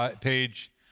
page